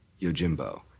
Yojimbo